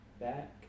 back